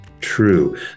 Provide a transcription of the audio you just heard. true